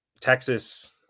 Texas